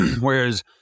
Whereas